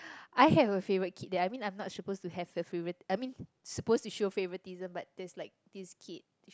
I have a favourite kid that I mean I'm not supposed to have a favourite I mean supposed to show favouritism but there's like this kid